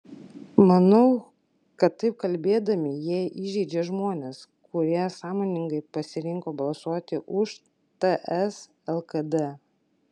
manau kad taip kalbėdami jie įžeidžia žmones kurie sąmoningai pasirinko balsuoti už ts lkd